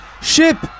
Ship